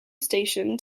station